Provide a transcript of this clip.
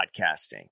podcasting